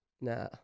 nah